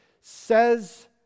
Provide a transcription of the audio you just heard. says